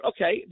Okay